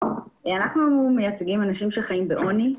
אנחנו מייצגים אנשים שחיים בעוני.